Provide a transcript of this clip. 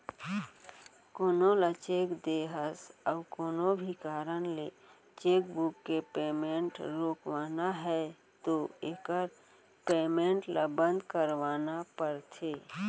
कोनो ल चेक दे हस अउ कोनो भी कारन ले चेकबूक के पेमेंट रोकवाना है तो एकर पेमेंट ल बंद करवाना परथे